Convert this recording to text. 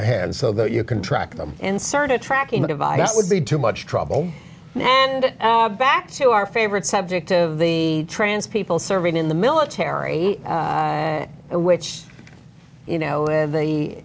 hands so that you can track them insert a tracking device would be too much trouble and back to our favorite subject of the trans people serving in the military which you know the